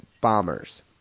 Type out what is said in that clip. Bombers